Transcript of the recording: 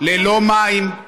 ללא מים,